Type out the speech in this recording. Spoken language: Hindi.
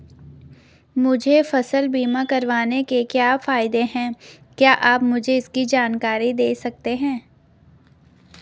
मुझे फसल बीमा करवाने के क्या फायदे हैं क्या आप मुझे इसकी जानकारी दें सकते हैं?